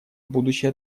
будущей